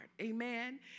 Amen